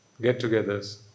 get-togethers